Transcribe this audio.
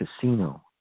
casino